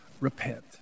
repent